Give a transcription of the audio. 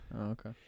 okay